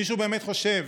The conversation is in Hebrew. מישהו באמת חושב